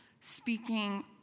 speaking